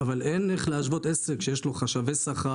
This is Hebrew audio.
אבל אין להשוות בין עסק שיש לו חשבי שכר